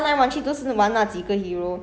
你不会玩的 lah